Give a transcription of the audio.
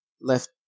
left